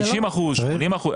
80 אחוזים, 90 אחוזים.